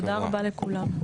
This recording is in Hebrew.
תודה רבה לכולם.